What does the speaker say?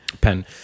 Pen